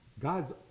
God's